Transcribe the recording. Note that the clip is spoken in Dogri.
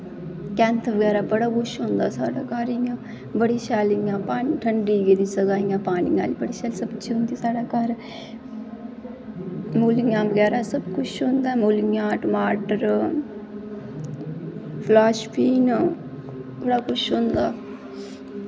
कैंथ बगैरा बड़ा कुछ होंदा साढ़ै घर इ'यां बड़ी शैल इ'यां ठंडी गेदी प्हाड़ियां न इ'यां होंदे साढ़े घर टालियां बगैरा सब कुछ होंदा साढ़ै घर मूलियां टमाटर फलाशबीन बड़ा किश होंदा